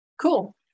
Cool